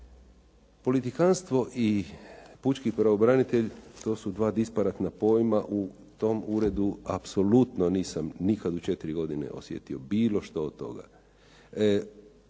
Politikanstvo i pučki pravobranitelj, to su dva disparatna pojma u tom uredu apsolutno nisam nikad u 4 godine osjetio bilo što od toga.